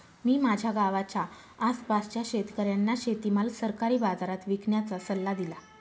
मी माझ्या गावाच्या आसपासच्या शेतकऱ्यांना शेतीमाल सरकारी बाजारात विकण्याचा सल्ला दिला